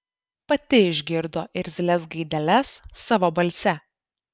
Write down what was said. pati išgirdo irzlias gaideles savo balse